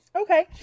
okay